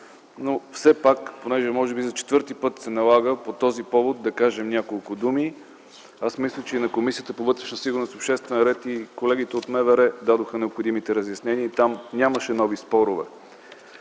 но все пак може би за четвърти път се налага по този повод да кажа няколко думи. Мисля, че в Комисията по вътрешна сигурност и обществен ред колегите от МВР дадоха необходимите разяснения и там нямаше нови спорове.